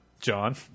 John